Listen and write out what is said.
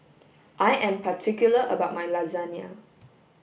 I am particular about my lasagne